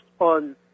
on